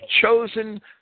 chosen